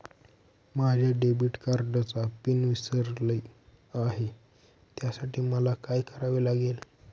माझ्या डेबिट कार्डचा पिन विसरले आहे त्यासाठी मला काय करावे लागेल?